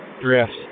drifts